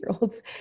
olds